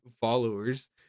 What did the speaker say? followers